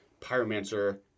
Pyromancer